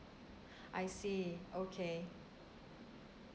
I see okay